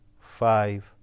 five